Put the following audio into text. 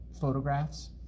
photographs